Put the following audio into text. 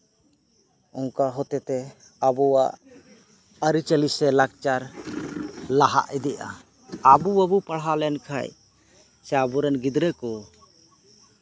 ᱚᱱᱟ ᱦᱚᱛᱮᱛᱮ ᱟᱵᱚᱣᱟᱜ ᱟᱹᱨᱤᱪᱟᱹᱞᱤ ᱥᱮ ᱞᱟᱠᱪᱟᱨ ᱞᱟᱦᱟ ᱤᱫᱤᱜᱼᱟ ᱟᱵᱚ ᱵᱟᱵᱚᱱ ᱯᱟᱲᱦᱟᱣ ᱞᱮᱱᱠᱷᱟᱡ ᱟᱵᱚ ᱨᱮᱱ ᱜᱤᱫᱽᱨᱟᱹ ᱠᱚ